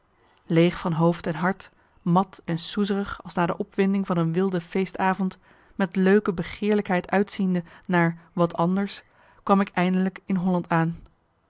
leeg van hoofd en hart mat en soezerig als na de opwinding van een wilde feestavond met leuke begeerlijkheid uitziende naar wat anders kwam ik eindelijk in holland aan